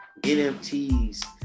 NFTs